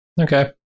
Okay